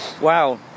wow